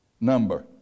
number